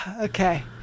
Okay